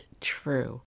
true